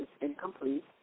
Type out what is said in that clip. incomplete